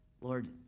Lord